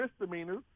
misdemeanors